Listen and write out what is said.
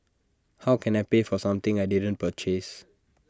how can I pay for something I didn't purchase